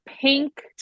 pink